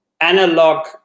analog